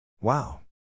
Wow